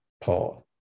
Paul